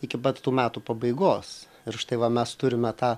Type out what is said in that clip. iki pat tų metų pabaigos ir štai va mes turime tą